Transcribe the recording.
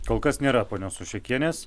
kol kas nėra ponios soščekienės